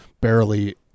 barely